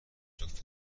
اطراف